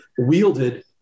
wielded